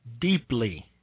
deeply